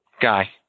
Guy